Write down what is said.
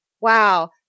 Wow